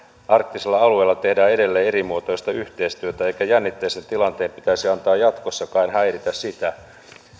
arktisella alueella tehdään edelleen erimuotoista yhteistyötä eikä jännitteisen tilanteen pitäisi antaa jatkossakaan häiritä sitä